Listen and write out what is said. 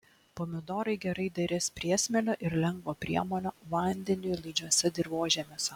pomidorai gerai derės priesmėlio ir lengvo priemolio vandeniui laidžiuose dirvožemiuose